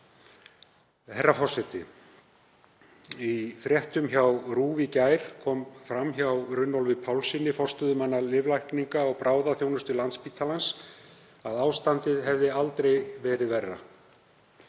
Herra forseti. Í fréttum RÚV í gær kom fram hjá Runólfi Pálssyni, forstöðumanni lyflækninga- og bráðaþjónustu Landspítalans, að ástandið hefði aldrei verið verra.